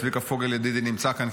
צביקה פוגל ידידי נמצא כאן,